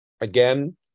Again